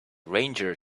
ranger